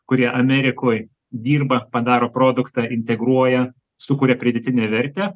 kurie amerikoj dirba padaro produktą integruoja sukuria pridėtinę vertę